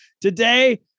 Today